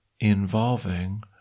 involving